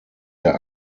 der